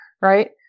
Right